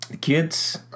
Kids